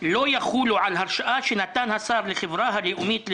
לא יחולו על הרשאה שנתן השר לחברה הלאומית לדרכים,